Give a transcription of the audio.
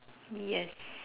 yes